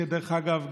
ודרך אגב,